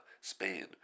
Spain